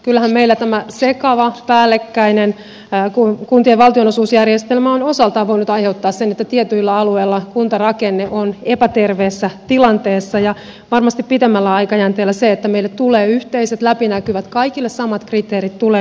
kyllähän meillä tämä sekava päällekkäinen kuntien valtionosuusjärjestelmä on osaltaan voinut aiheuttaa sen että tietyillä alueilla kuntarakenne on epäterveessä tilanteessa ja varmasti pitemmällä aikajänteellä se että meille tulee yhteiset läpinäkyvät kaikille samat kriteerit tulee myös tuota oikaisemaan